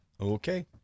Okay